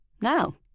Now